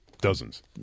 Dozens